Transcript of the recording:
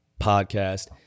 podcast